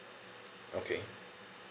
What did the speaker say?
okay